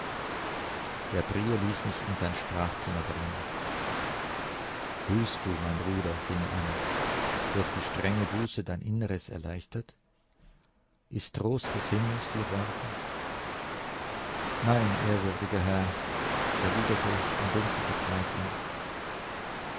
der prior ließ mich in sein sprachzimmer bringen fühlst du mein bruder fing er an durch die strenge buße dein inneres erleichtert ist trost des himmels dir worden nein ehrwürdiger herr erwiderte ich in dumpfer verzweiflung